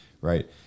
right